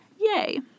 yay